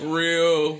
real